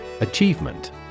Achievement